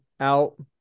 Out